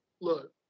look